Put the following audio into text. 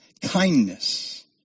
kindness